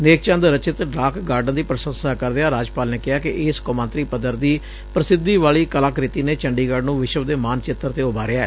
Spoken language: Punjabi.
ਨੇਕ ਚੰਦ ਰਚਿਤ ਰਾਕ ਗਾਰਡਨ ਦੀ ਪ੍ਰਸੰਸਾ ਕਰਦਿਆਂ ਰਾਜਪਾਲ ਨੇ ਕਿਹਾ ਕਿ ਇਸ ਕੌਮਾਂਤਰੀ ਪੱਧਰ ਦੀ ਪ੍ਸਿੱਧੀ ਵਾਲੀ ਕਲਾਕ੍ਤਿੀ ਨੇ ਚੰਡੀਗੜੁ ਨੂੰ ਵਿਸ਼ਵ ਦੇ ਮਾਨ ਚਿੱਤਰ ਤੇ ਉਭਾਰਿਐ